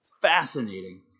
Fascinating